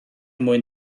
mwyn